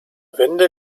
wende